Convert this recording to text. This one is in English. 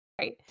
Right